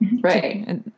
Right